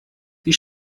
die